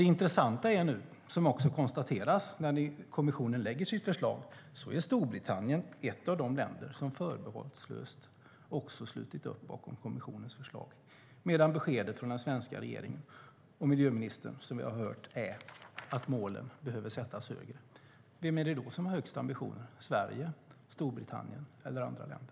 Det intressanta är nu, som också konstateras när kommissionen lägger sitt förslag, att Storbritannien är ett av de länder som förbehållslöst slutit upp bakom kommissionens förslag. Men beskedet från den svenska regeringen och miljöministern, som vi har hört, är att målen bör sättas högre. Vem är det då som har högst ambitioner, Sverige, Storbritannien eller andra länder?